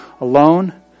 alone